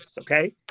okay